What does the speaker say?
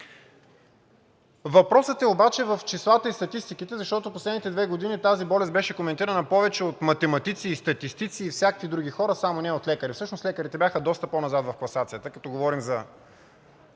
Въпросът е в числата и статистиките, защото в последните две години тази болест беше коментирана повече от математици и статистици и всякакви други хора, само не от лекари. Всъщност лекарите бяха доста по-назад в класацията, като говорим за